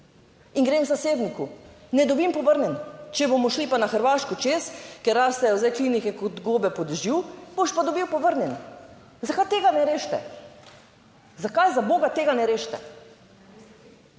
In grem k zasebniku, ne dobim povrnjen. Če bomo šli pa na Hrvaško čez, ker rastejo zdaj klinike kot gobe po dežju, boš pa dobil povrnjen. Zakaj tega ne rešite? Zakaj za boga tega ne rešite?